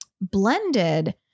blended